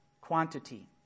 Quantity